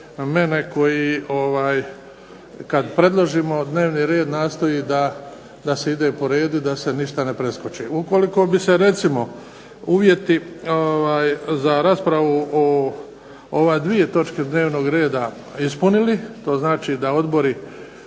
mene koji kada predložimo dnevni red nastoji da se ide po redu i da se ništa ne preskoči. Ukoliko bi se recimo uvjeti za raspravu o ove dvije točke dnevnog reda ispunili, to znači da odbori